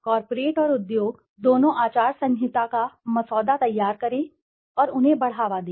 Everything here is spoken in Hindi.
कॉरपोरेट और उद्योग दोनों आचार संहिता का मसौदा तैयार करें और उन्हें बढ़ावा दें